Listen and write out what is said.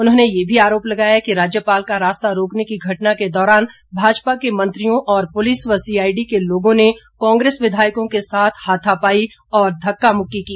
उन्होंने ये भी आरोप लगाया कि राज्यपाल का रास्ता रोकने की घटना के दौरान भाजपा के मंत्रियों और पुलिस व सीआईडी के लोगों ने कांग्रेस विधायकों के साथ हाथापाई और धक्का मुक्की की